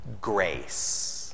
Grace